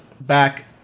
back